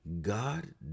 God